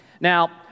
Now